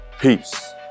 Peace